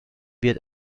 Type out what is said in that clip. wird